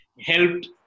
helped